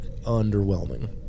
underwhelming